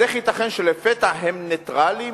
אז איך ייתכן שלפתע הם נייטרליים,